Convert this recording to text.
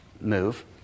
move